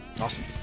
Awesome